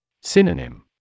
Synonym